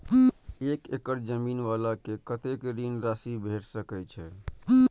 एक एकड़ जमीन वाला के कतेक ऋण राशि भेट सकै छै?